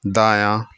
दायाँ